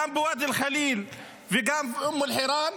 גם בואדי אל-חליל וגם באום אל חיראן,